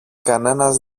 κανένας